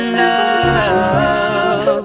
love